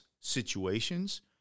situations